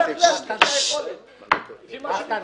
לפי היכולת, לפי מה שמותר.